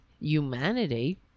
humanity